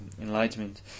enlightenment